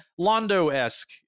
Londo-esque